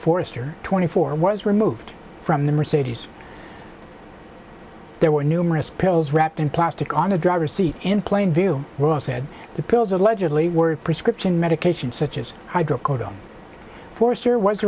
forester twenty four was removed from the mercedes there were numerous pills wrapped in plastic on the driver's seat in plain view ross said the pills allegedly were prescription medications such as hydrocodone force here was